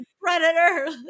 predator